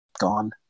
gone